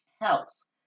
helps